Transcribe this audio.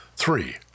Three